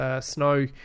Snow